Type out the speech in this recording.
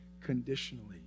conditionally